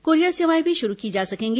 courier सेवाएं भी शुरू की जा सकेंगी